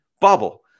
bubble